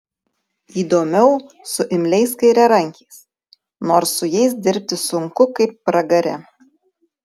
įdomiau su imliais kairiarankiais nors su jais dirbti sunku kaip pragare